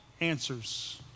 answers